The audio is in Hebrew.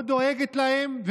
לא דואגת להם.